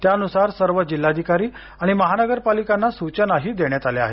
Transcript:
त्यानुसार सर्व जिल्हाधिकारी आणि महानगरपालिकांना सूचनाही देण्यात आल्या आहेत